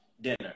dinner